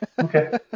Okay